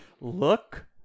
Look